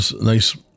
nice